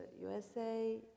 USA